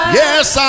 yes